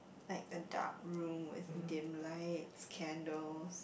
like a dark room with dim lights candles